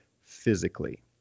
physically